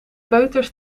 peuters